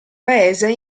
paese